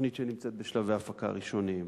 תוכנית שנמצאת בשלבי הפקה ראשונים,